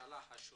הממשלה שונים.